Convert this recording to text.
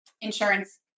insurance